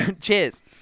Cheers